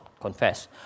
confess